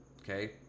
okay